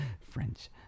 french